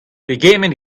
pegement